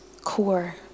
core